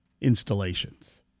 installations